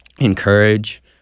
encourage